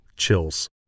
chills